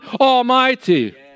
Almighty